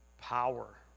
power